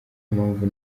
mpamvu